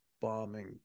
bombing